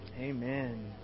Amen